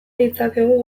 ditzakegu